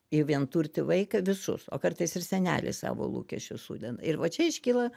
į vienturtį vaiką visus o kartais ir seneliai savo lūkesčius sudeda ir va čia iškyla